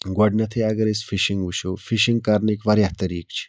گۄڈٕنیٚتھٕے اَگَر أسۍ فِشِنٛگ وُچھو فِشِنٛگ کَرنٕکۍ واریاہ طٔریقہٕ چھِ